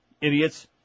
Idiots